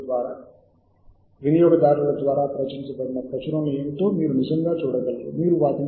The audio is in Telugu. జాబితాకు జోడించిన అంశాలు చూపబడతాయి మరియు అవి ఏమిటో మనము ధృవీకరించాలి